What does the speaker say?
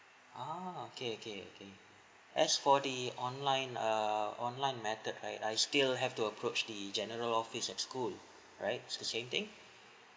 ah okay okay okay as for the online err online matter I I still have to approach the general office at school right so same thing